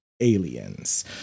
aliens